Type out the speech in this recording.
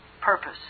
Purpose